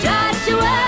Joshua